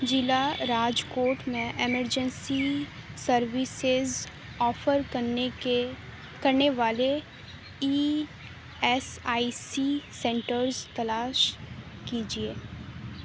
جلع راجکوٹ میں emergency services offer کرنے کے کرنے والے E S I C centres تلاش کیجیے